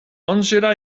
angela